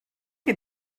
que